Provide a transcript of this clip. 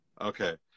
Okay